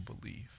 believe